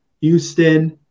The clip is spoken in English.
Houston